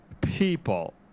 People